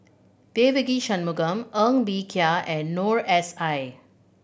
Devagi Sanmugam Ng Bee Kia and Noor S I